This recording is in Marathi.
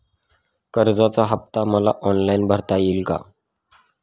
कर्जाचा हफ्ता मला ऑनलाईन भरता येईल का?